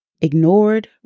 ignored